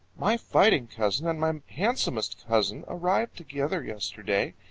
my fighting cousin and my handsomest cousin arrived together yesterday,